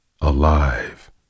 alive